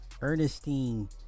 ernestine